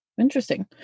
Interesting